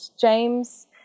James